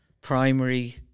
primary